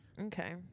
Okay